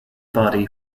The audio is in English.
body